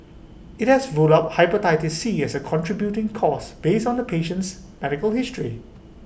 IT has rule out Hepatitis C as A contributing cause based on the patient's medical history